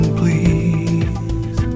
please